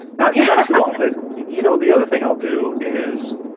not yeah not too often. you know the other thing i'll do is